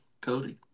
Cody